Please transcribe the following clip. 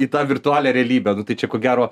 į tą virtualią realybę tai čia ko gero